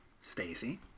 Stacey